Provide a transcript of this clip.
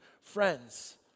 friends